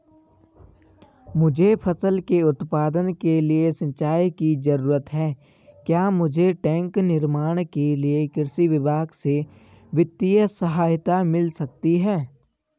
मुझे फसल के उत्पादन के लिए सिंचाई की जरूरत है क्या मुझे टैंक निर्माण के लिए कृषि विभाग से वित्तीय सहायता मिल सकती है?